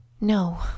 No